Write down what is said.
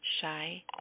shy